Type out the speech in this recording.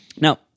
Now